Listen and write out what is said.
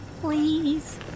please